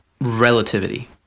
relativity